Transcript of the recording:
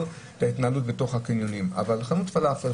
את ההתנהלות בקניונים אבל חנות פלאפל,